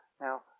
now